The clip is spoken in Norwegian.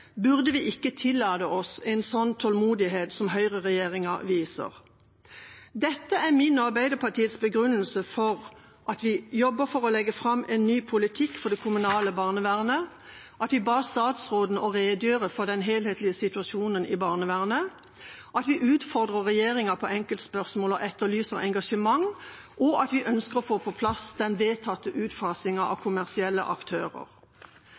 burde vi ikke tillate oss en slik tålmodighet som høyreregjeringa viser. Dette er min og Arbeiderpartiets begrunnelse for at vi jobber for å legge fram en ny politikk for det kommunale barnevernet, for at vi ba statsråden redegjøre for den helhetlige situasjonen i barnevernet, for at vi utfordrer regjeringa på enkeltspørsmål og etterlyser engasjement, og for at vi ønsker å få på plass den vedtatte utfasingen av kommersielle aktører.